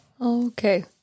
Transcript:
okay